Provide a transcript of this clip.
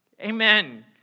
Amen